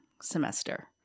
semester